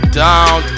down